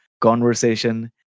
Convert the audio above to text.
conversation